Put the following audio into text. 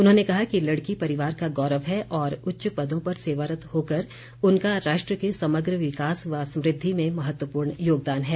उन्होंने कहा कि लड़की परिवार का गौरव है और उच्च पदों पर सेवारत्त होकर उनका राष्ट्र के समग्र विकास व समृद्धि में महत्वपूर्ण योगदान है